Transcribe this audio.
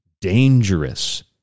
dangerous